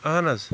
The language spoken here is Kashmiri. اہن حظ